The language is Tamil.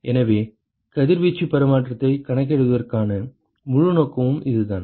எனவே கதிர்வீச்சு பரிமாற்றத்தை கணக்கிடுவதற்கான முழு நோக்கமும் இதுதான்